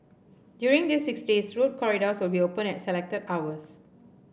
during these six days road corridors will be open at selected hours